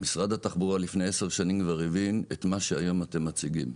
משרד התחבורה כבר לפני עשר שנים הבין את מה שהיום אתם מציגים,